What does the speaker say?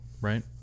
right